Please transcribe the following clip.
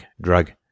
drug